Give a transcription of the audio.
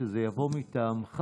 שזה יבוא מטעמך,